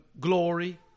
glory